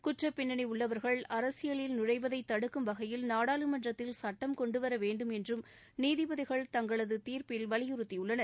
குற்றப் பின்னணி உள்ளவர்கள் அரசியலில் நுழைவதை தடுக்கும் வகையில் நாடாளுமன்றத்தில் சட்டம் கொண்டுவர வேண்டும் என்றும் நீதிபதிகள் தங்களது தீர்ப்பில் வலியுறுத்தியுள்ளனர்